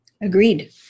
Agreed